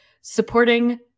supporting